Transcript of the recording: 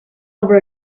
over